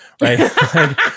right